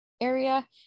area